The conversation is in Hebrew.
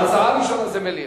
ההצעה הראשונה היא מליאה.